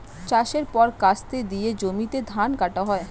চাষের পর কাস্তে দিয়ে জমিতে ধান কাটা হয়